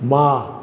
বাঁ